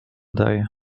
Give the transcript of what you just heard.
daje